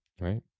right